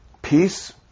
peace